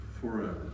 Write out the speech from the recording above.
forever